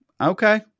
Okay